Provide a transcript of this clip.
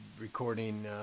recording